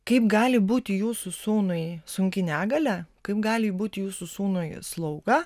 kaip gali būti jūsų sūnui sunki negalia kaip gali būti jūsų sūnui slauga